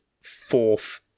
fourth